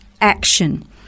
action